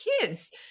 kids